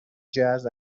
jazz